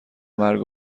مرگ